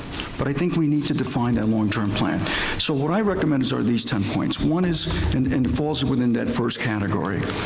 but i think we need to define that long term plan so what i recommend are these ten points. one is and and falls within that first category.